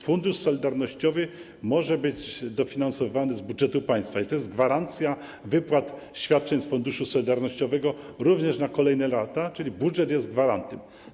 Fundusz Solidarnościowy może być dofinansowany z budżetu państwa i to jest gwarancja wypłat świadczeń z Funduszu Solidarnościowego również na kolejne lata, czyli budżet jest gwarantem.